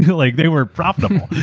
like they were profitable.